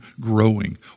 growing